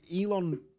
Elon